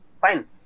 fine